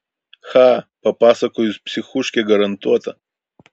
cha papasakojus psichuškė garantuota